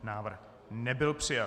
Návrh nebyl přijat.